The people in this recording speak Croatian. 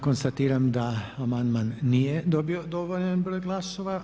Konstatiram da amandman nije dobio dovoljan broj glasova.